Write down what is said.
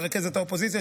מרכזת האופוזיציה,